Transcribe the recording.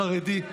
חרדי,